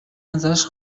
ازش